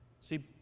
See